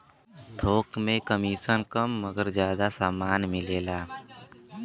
थोक में कमिसन कम मगर जादा समान मिलेला